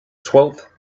twelfth